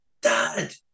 Dad